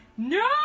No